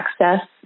access